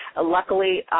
Luckily